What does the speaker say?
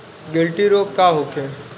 गिल्टी रोग का होखे?